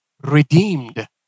redeemed